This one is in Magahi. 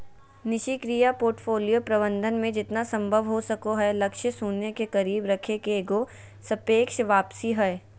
निष्क्रिय पोर्टफोलियो प्रबंधन मे जेतना संभव हो सको हय लक्ष्य शून्य के करीब रखे के एगो सापेक्ष वापसी हय